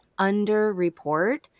underreport